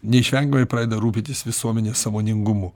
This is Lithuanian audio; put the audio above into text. neišvengiamai pradeda rūpintis visuomenės sąmoningumu